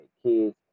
kids